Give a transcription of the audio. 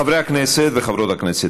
חברי הכנסת וחברות הכנסת,